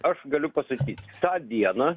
aš galiu pasakyt tą dieną